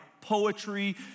poetry